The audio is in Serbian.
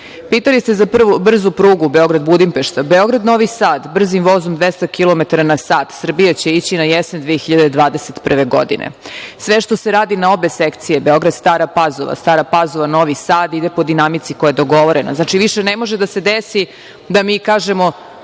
možemo. Pitali ste za brzu prugu Beograd-Budimpešta. Beograd-Novi Sad, brzim vozom 200 km na sat, Srbija će ići na jesen 2021. godine. Sve što se radi na obe sekcije, Beograd-Stara Pazova, Stara Pazova-Novi Sad, ide po dinamici koja je dogovorena. Znači, više ne može da se desi da mi kažemo